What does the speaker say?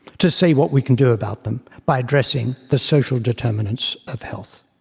to say what we can do about them by addressing the social determinants of health.